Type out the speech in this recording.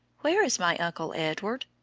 where is my uncle edward?